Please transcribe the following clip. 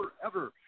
forever